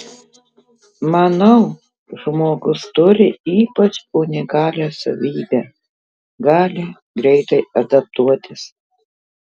manau žmogus turi ypač unikalią savybę gali greitai adaptuotis